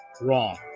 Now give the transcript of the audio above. wrong